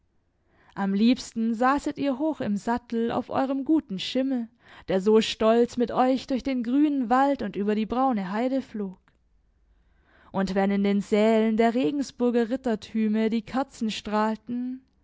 am liebsten saßet ihr hoch im sattel auf eurem guten schimmel der so stolz mit euch durch den grünen wald und über die braune heide flog und wenn in den sälen der regensburger rittertürme die kerzen strahlten